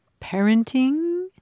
Parenting